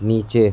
नीचे